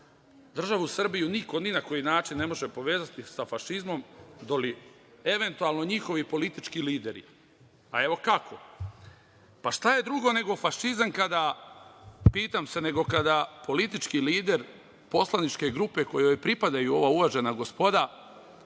Državu Srbiju niko ni na koji način ne može povezati sa fašizmom do eventualno njihovi politički lideri. Evo kako. Šta je drugo nego fašizam, pitam se, nego kada politički lider poslaničke grupe kojoj pripadaju ova uvažena gospoda